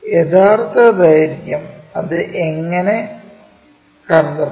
യഥാർത്ഥ ദൈർഘ്യം അത് എങ്ങിനെ കണ്ടെത്താം